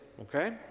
okay